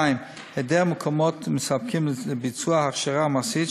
2. היעדר מקומות מספקים לביצוע הכשרה מעשית,